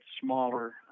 smaller